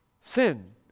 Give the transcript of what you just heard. Sin